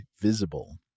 Visible